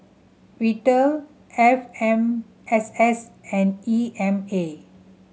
Vital F M S S and E M A